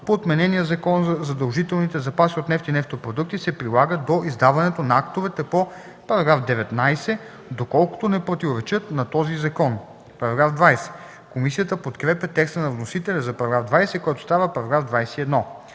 по отменения Закон за задължителните запаси от нефт и нефтопродукти, се прилагат до издаването на актовете по § 19, доколкото не противоречат на този закон.” Комисията подкрепя текста на вносителя за § 20, който става § 21.